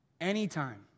Anytime